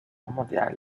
mondial